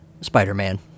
Spider-Man